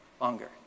longer